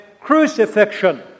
crucifixion